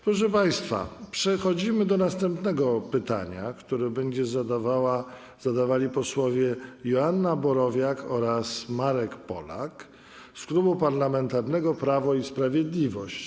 Proszę państwa, przechodzimy do następnego pytania, które będą zadawali posłowie Joanna Borowiak oraz Marek Polak z Klubu Parlamentarnego Prawo i Sprawiedliwość.